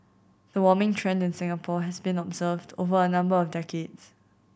the warming trend in Singapore has been observed over a number of decades